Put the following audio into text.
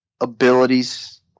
abilities